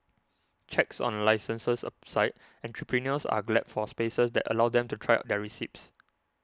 checks on licences aside entrepreneurs are glad for spaces that allow them to try out their recipes